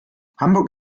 hamburg